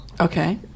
Okay